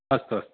अस्तु अस्तु